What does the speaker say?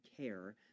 care